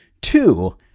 Two